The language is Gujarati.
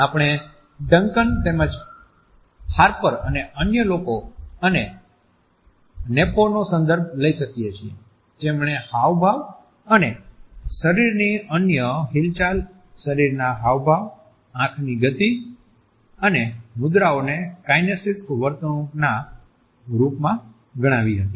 આપણે ડંકન તેમ જ હાર્પર અને અન્ય લોકો અને નેપ્પનો સંદર્ભ લઈ શકીએ છીએ જેમણે હાવભાવ અને શરીરની અન્ય હિલચાલ ચહેરાના હાવભાવ આંખની ગતિ અને મુદ્રાઓને કાઈનેસીક્સ વર્તણૂકના રૂપમાં ગણાવી હતી